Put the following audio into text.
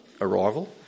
arrival